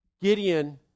Gideon